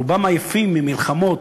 רובם עייפים ממלחמות,